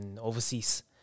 overseas